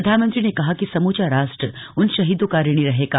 प्रधानमंत्री ने कहा कि समूचा राष्ट्र उन शहीदों का ऋणी रहेगा